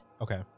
Okay